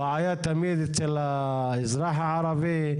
הבעיה תמיד אצל האזרח הערבי.